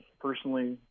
personally